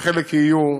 וחלק יהיו,